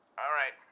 alright,